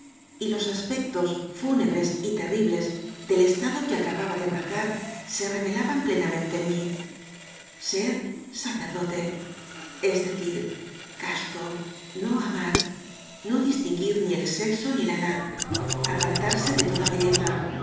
y los aspectos úuebres y terribles dej estado que acababa de abrazar se revelaban ple namente en mí ser sacerdote es decir casto uoam ar no distinguir ni el sexo ni la edad apartarse de toda belleza